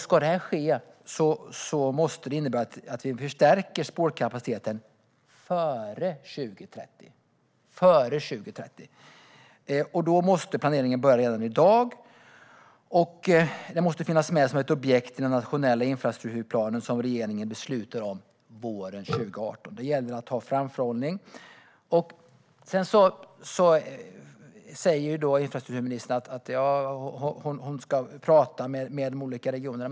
Ska detta ske måste vi förstärka spårkapaciteten före 2030. Då måste planeringen börja redan i dag, och det måste finnas med som ett objekt i den nationella infrastrukturplan som regeringen beslutar om våren 2018. Det gäller att ha framförhållning. Infrastrukturministern säger att hon ska prata med de olika regionerna.